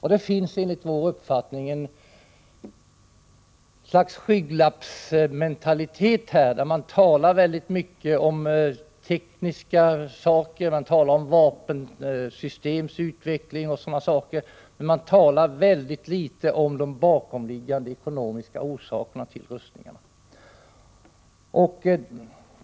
Här finns enligt vår uppfattning ett slags skygglappsmentalitet. Man talar väldigt mycket om tekniska saker, man talar om vapensystems utveckling och dylikt, men man talar väldigt litet om de bakomliggande ekonomiska orsakerna till rustningar.